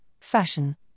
fashion